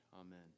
Amen